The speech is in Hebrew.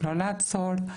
לא לעצור.